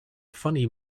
funny